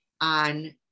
on